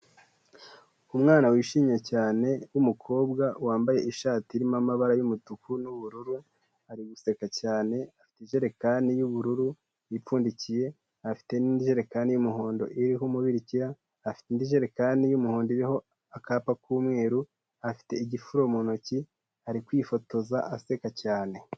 Umwana wishimye cyane w'umukobwa wambaye ishati irimo amabara y'umutuku n'ubururu, ari guseka cyane afite ijerekani y'ubururu ipfundikiye, afite n'indi jerekani y'umuhondo iriho umubirikira, afite indi jerekani y'umuhondo iriho akapa k'umweru, afite igifuru mu ntoki ari kwifotoza aseka cyane.